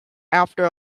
after